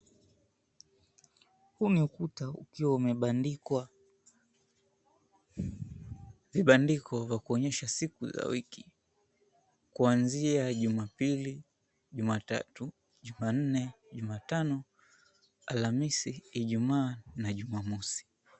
Huu ni ukuta ukiwa umebandikwa vibandiko vya kuonyesha siku za wiki kuanzia Jumapili, Jumatatu, Jumanne, Jumatano, Alhamisi, Ijumaa na Jumamosi.